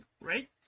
right